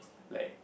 like